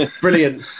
Brilliant